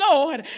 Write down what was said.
Lord